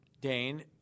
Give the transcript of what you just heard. Dane